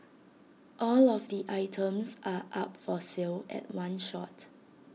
all of the items are up for sale at one shot